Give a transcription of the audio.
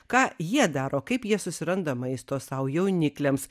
ką jie daro kaip jie susiranda maisto sau jaunikliams